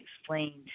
explained